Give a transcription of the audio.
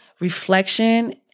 reflection